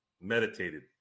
meditated